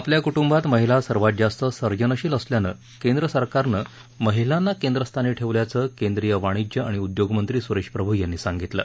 आपल्या कुट्रंबात महिला सर्वात जास्त सर्जनशील असल्यानं केंद्र सरकारनं महिलांना केंद्रस्थानी ठेवल्याचं केंद्रीय वाणिज्य आणि उद्योगमंत्री सुरेश प्रभू यांनी सांगितलं